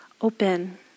open